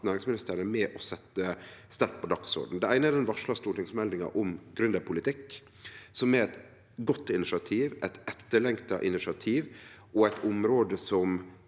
næringsministeren er med og set sterkt på dagsordenen. Det eine er den varsla stortingsmeldinga om gründerpolitikk. Det er eit godt initiativ, eit etterlengta initiativ og eit område som